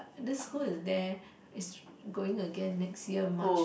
this school is there is going again next year March